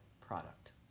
product